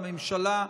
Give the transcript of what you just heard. לממשלה,